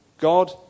God